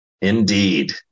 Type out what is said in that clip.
Indeed